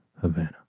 Havana